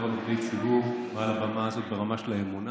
על עובדי ציבור מעל במה זאת ברמה של האמונה.